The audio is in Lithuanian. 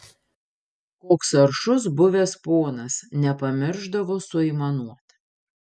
koks aršus buvęs ponas nepamiršdavo suaimanuot